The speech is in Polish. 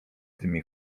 tymi